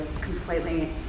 completely